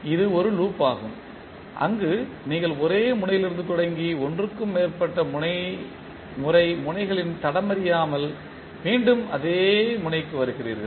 இது ஒரு லூப் ஆகும் அங்கு நீங்கள் ஒரே முனையிலிருந்து தொடங்கி ஒன்றுக்கு மேற்பட்ட முறை முனைகளின் தடம் அறியாமல் மீண்டும் அதே முனைக்கு வருகிறீர்கள்